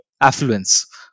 affluence